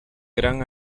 gran